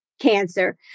cancer